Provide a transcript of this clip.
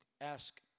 ask